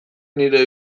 nire